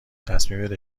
تصمیمت